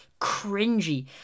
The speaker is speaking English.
cringy